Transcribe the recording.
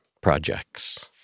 projects